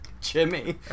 jimmy